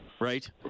right